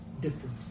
different